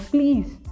Please